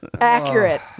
accurate